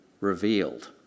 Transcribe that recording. revealed